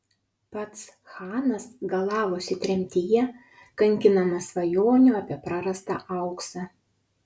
pats chanas galavosi tremtyje kankinamas svajonių apie prarastą auksą